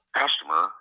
customer